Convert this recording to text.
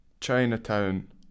Chinatown